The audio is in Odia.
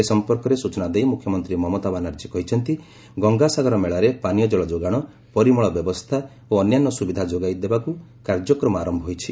ଏ ସମ୍ପର୍କରେ ସୂଚନା ଦେଇ ମୁଖ୍ୟମନ୍ତ୍ରୀ ମମତା ବାନାର୍ଜୀ କହିଛନ୍ତି ଯେ ଗଙ୍ଗାସାଗର ମେଳାରେ ପାନୀୟ ଜଳ ଯୋଗାଣ ପରିମଳ ବ୍ୟବସ୍ଥା ଓ ଅନ୍ୟାନ୍ୟ ସୁବିଧା ସୁଯୋଗ ଯୋଗଇ ଦେବାକୁ କାର୍ଯ୍ୟ ଆରମ୍ଭ ହୋଇଛି